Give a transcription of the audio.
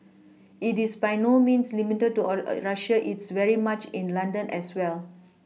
it is by no means limited to all Russia it's very much in London as well